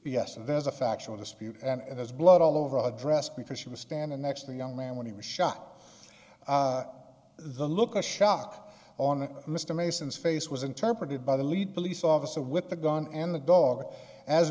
and there's a factual dispute and there's blood all over the dress because she was standing next to a young man when he was shot the look of shock on mr mason's face was interpreted by the lead police officer with the gun and the dog as